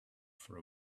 for